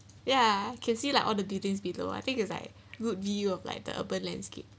ya can see like all the buildings below ah I think is like good view of like the urban landscape